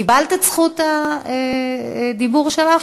קיבלת את זכות הדיבור שלך,